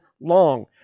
long